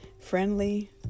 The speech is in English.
Friendly